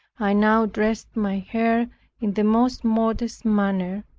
i now dressed my hair in the most modest manner,